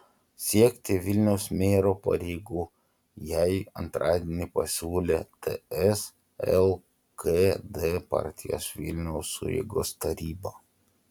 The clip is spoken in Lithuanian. siekti vilniaus mero pareigų jai antradienį pasiūlė ts lkd partijos vilniaus sueigos taryba